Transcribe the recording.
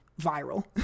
viral